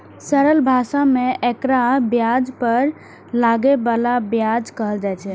सरल भाषा मे एकरा ब्याज पर लागै बला ब्याज कहल छै